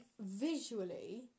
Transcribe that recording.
visually